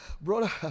Brother